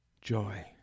Joy